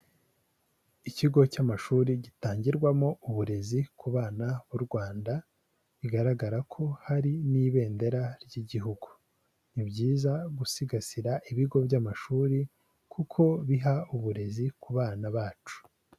Ikigo cy'amashuri gitangirwamo uburezi ku bana b'u Rwanda, bigaragara ko hari n'ibendera ry'Igihugu. Ni byiza gusigasira ibigo by'amashuri, kuko biha uburezi ku bana bacu.